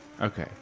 Okay